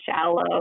shallow